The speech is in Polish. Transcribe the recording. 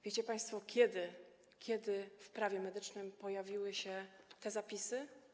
Wiecie państwo, kiedy w prawie medycznym pojawiły się te zapisy?